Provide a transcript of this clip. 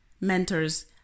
mentors